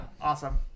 awesome